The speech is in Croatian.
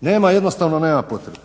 Jednostavno nema potrebe,